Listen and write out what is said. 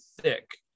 thick